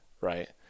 right